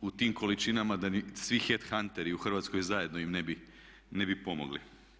u tim količinama da ni svi hadhunteri u Hrvatskoj zajedno im ne bi pomogli.